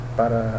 para